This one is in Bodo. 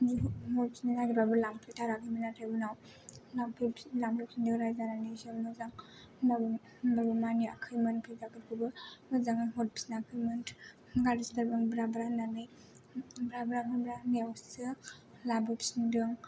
हरफिननो नागेरबाबो लांफैथाराखैमोन नाथाय उनाव लांफैफिननायाव रायजानानैसो होमबाबो मानियाखैमोन फैसाफोरखौबो मोजाङै हरफिनाखैमोन गाज्रिथारमोन ब्रा ब्रा होननानै ब्रा ब्रा होननायावसो लाबोफिनदों